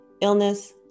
Illness